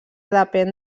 depèn